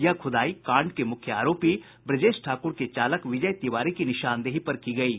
यह खुदाई कांड के मुख्य आरोपी ब्रजेश ठाकुर के चालक विजय तिवारी की निशानदेही पर की गयी